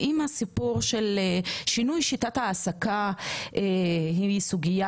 האם הסיפור של שינוי שיטת העסקה היא סוגיה